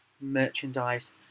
merchandise